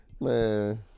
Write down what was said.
Man